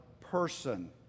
person